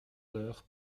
d’heure